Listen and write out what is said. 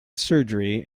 surgery